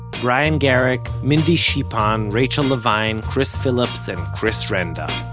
brian garrick, mindy shipon, rachel levine, chris phillips and chris renda